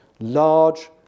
large